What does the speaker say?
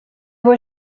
were